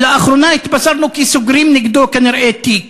ולאחרונה התבשרנו כי סוגרים נגדו כנראה תיק,